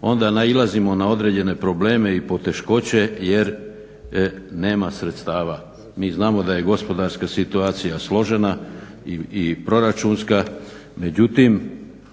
onda nailazimo na određene probleme i poteškoće jer nema sredstava. Mi znamo da je gospodarska situacija složena i proračunska, međutim